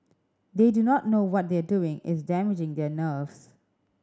they do not know what they are doing is damaging their nerves